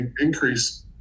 increase